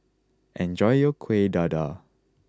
enjoy your Kuih Dadar